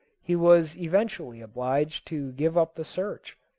he was eventually obliged to give up the search.